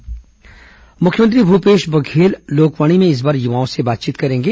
लोकवाणी मुख्यमंत्री भूपेश बघेल लोकवाणी में इस बार युवाओं से बातचीत करेंगे